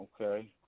Okay